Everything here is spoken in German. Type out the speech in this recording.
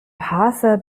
parser